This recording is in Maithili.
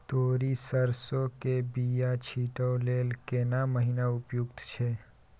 तोरी, सरसो के बीया छींटै लेल केना महीना उपयुक्त छै?